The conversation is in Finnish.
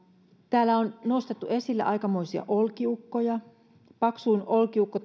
täällä on nostettu esille aikamoisia olkiukkoja olkiukko